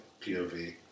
POV